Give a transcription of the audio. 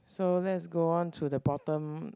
so let's go on to the bottom